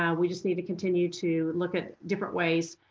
yeah we just need to continue to look at different ways